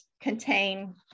contain